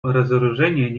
разоружению